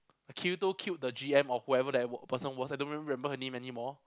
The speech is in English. Kirito killed the G_M or whoever that person was I don't remember her name anymore